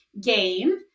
game